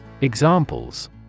Examples